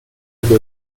ebbe